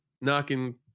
knocking